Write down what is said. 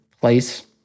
place